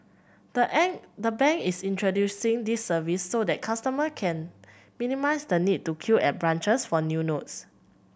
the the bank is introducing this service so that customer can minimise the need to queue at branches for new notes